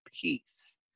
peace